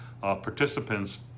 participants